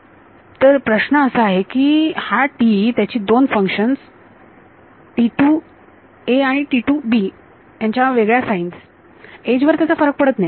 तर प्रश्न असा आहे की हा T त्याची दोन फंक्शन आणि यांच्या वेगळ्या साइन्स एज वर त्याचा फरक पडत नाही